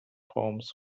homes